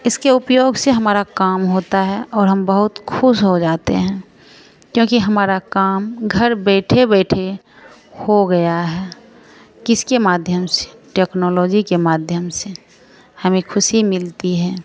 इसके उपयोग से हमारा काम होता है और हम बहुत ख़ुश हो जाते हैं क्योंकि हमारा काम घर बैठे बैठे हो गया है किसके माध्यम से टेक्नोलॉजी के माध्यम से हमें ख़ुशी मिलती है